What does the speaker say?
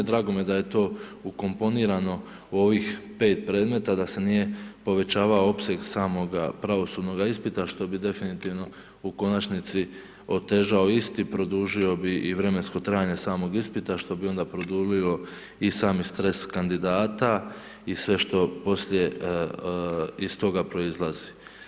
Drago mi je da je to ukomponirano u ovih 5 predmeta, da se nije povećavao opseg samoga pravosudnoga ispita, što bi definitivno u konačnici otežao isti, produžio bi i vremensko trajanje samog ispita, što bi onda produljio i sami stres kandidata i sve što poslije iz toga proizlazi.